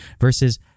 Versus